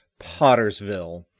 pottersville